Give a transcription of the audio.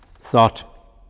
thought